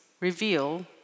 reveal